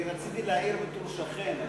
רציתי להעיר בתור שכן.